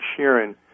Sheeran